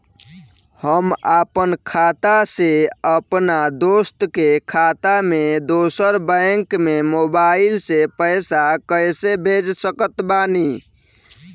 हम आपन खाता से अपना दोस्त के खाता मे दोसर बैंक मे मोबाइल से पैसा कैसे भेज सकत बानी?